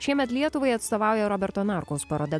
šiemet lietuvai atstovauja roberto narkaus paroda